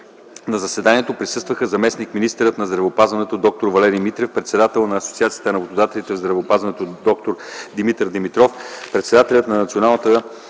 На заседанието присъстваха заместник-министърът на здравеопазването д-р Валерий Митрев, председателят на Асоциацията на работодателите в здравеопазването д-р Димитър Димитров, председателят на Националната